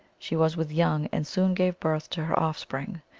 she was with young, and soon gave birth to her offspring.